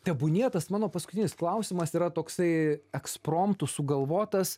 tebūnie tas mano paskutinis klausimas yra toksai ekspromtu sugalvotas